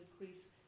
increase